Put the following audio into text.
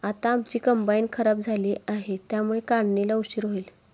आता आमची कंबाइन खराब झाली आहे, त्यामुळे काढणीला उशीर होईल